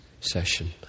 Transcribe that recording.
session